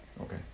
okay